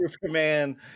Superman